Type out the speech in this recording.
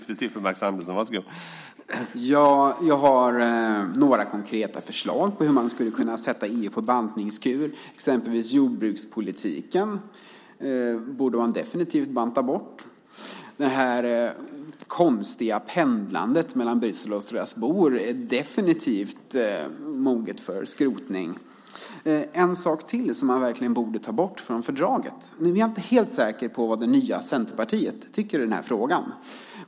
Herr talman! Jag har några konkreta förslag på hur man skulle kunna sätta EU på bantningskur. Det gäller exempelvis jordbrukspolitiken, som man definitivt borde banta bort. Det konstiga pendlandet mellan Bryssel och Strasbourg är definitivt moget för skrotning. Det finns en sak till som man verkligen borde ta bort från fördraget. Jag är inte helt säker på vad det nya Centerpartiet tycker i frågan.